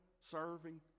serving